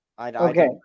Okay